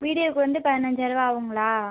வீடியோக்கு வந்து பதினஞ்சாயரூபா ஆகுங்களா